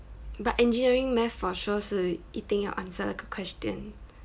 but engineering then for sure 是一定要 answer 那个 question